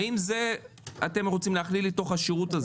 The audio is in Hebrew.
האם אתם רוצים להכליל את זה בתוך השירות?